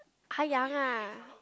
!huh! Yang ah